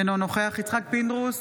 אינו נוכח יצחק פינדרוס,